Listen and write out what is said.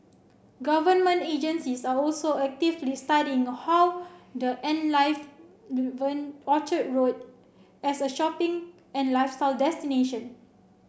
government agencies are also actively studying a how the enliven Orchard Road as a shopping and lifestyle destination